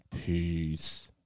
Peace